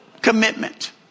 commitment